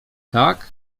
tak